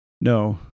No